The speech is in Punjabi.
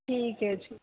ਠੀਕ ਹੈ ਜੀ